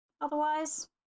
otherwise